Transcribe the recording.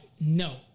no